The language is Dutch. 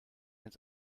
het